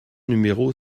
numéro